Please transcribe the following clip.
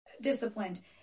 disciplined